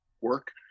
work